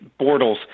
Bortles